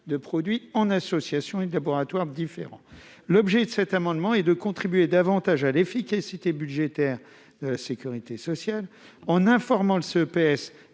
des produits de laboratoires différents en association. L'objet de cet amendement est de contribuer davantage à l'efficacité budgétaire de la sécurité sociale en informant le CEPS